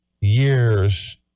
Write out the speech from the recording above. years